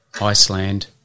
Iceland